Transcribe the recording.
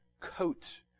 coat